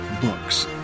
books